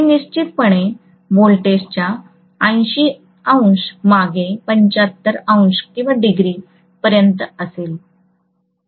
हे निश्चितपणे व्होल्टेजच्या 80° मागे 75° डिग्री पर्यंत असेल